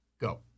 Go